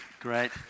Great